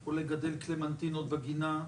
או לגדל קלמנטינות בגינה,